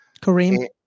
Kareem